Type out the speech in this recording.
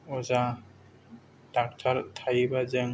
अजा डक्टर थायोबा जों